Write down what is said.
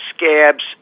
Scabs